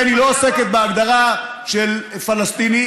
לכן היא לא עוסקת בהגדרה של פלסטיני,